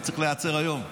הוא צריך להיעצר היום,